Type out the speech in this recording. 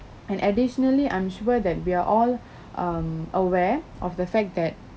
and additionally I'm sure that we are all um aware of the fact that